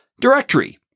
directory